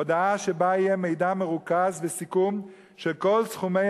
הודעה שבה יהיה מידע מרוכז וסיכום של כל סכומי